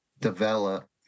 develop